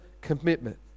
commitment